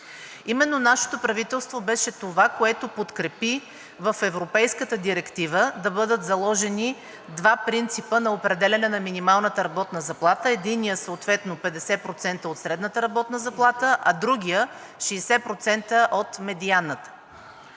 Именно нашето правителство беше това, което подкрепи в европейската Директива да бъдат заложени два принципа на определяне на минималната работна заплата. Единият съответно 50% от средната работна заплата, а другият – 60% от медианната.